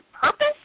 purpose